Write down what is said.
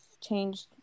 changed